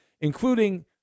including